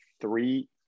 three